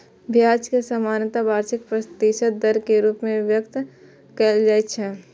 ब्याज कें सामान्यतः वार्षिक प्रतिशत दर के रूप मे व्यक्त कैल जाइ छै